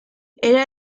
era